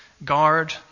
Guard